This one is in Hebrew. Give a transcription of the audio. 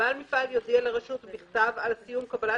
בעל מפעל יודיע לרשות בכתב על סיום קבלת